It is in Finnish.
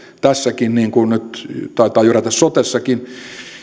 tässäkin niin kuin nyt taitaa jyrätä sotessakin